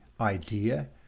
idea